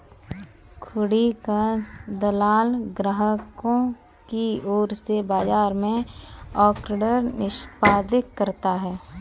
हुंडी का दलाल ग्राहकों की ओर से बाजार में ऑर्डर निष्पादित करता है